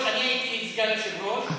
היושבת-ראש, אני הייתי סגן יושב-ראש.